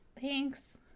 Thanks